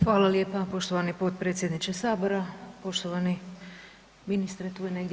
Hvala lijepa poštovani potpredsjedniče Sabora, poštovani ministre, tu je negdje.